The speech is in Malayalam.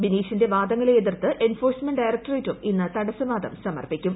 ബിനീഷിന്റെ വാദങ്ങളെ എതിർത്ത് എൻഫോഴ്സ്മെന്റ് ഡയറക്ടറേറ്റും ഇന്ന് തടസ്സവാദം സമർപ്പിക്കും